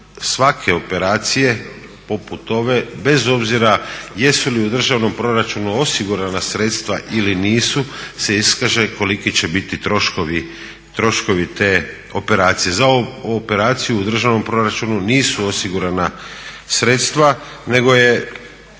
svake operacije poput ove, bez obzira jesu li u državnom proračunu osigurana sredstva ili nisu, se iskaže koliki će biti troškovi te operacije. Za ovu operaciju u državnom proračunu nisu osigurana sredstva nego je